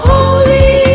Holy